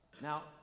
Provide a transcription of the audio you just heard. Now